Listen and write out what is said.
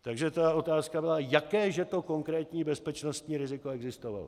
Takže ta otázka byla: Jaké že to konkrétní bezpečnostní riziko existovalo?